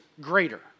greater